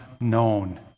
Known